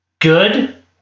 good